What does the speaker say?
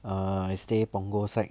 err I stay punggol side